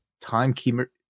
timekeeper